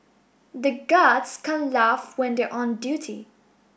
the guards can't laugh when they on duty